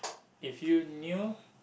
if you knew